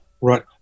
Right